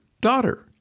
daughter